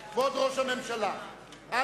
כבוד ראש הממשלה יתפוס מקומו ליד שולחן